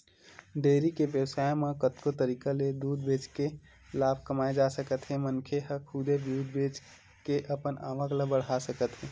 dairy के बेवसाय म कतको तरीका ले दूद बेचके लाभ कमाए जा सकत हे मनखे ह खुदे दूद बेचे के अपन आवक ल बड़हा सकत हे